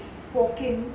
spoken